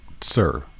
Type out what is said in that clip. Sir